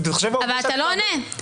אבל אתה לא עונה.